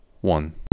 one